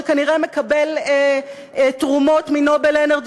שכנראה מקבל תרומות מ"נובל אנרג'י",